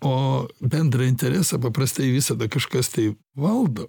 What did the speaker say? o bendrą interesą paprastai visada kažkas tai valdo